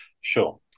Sure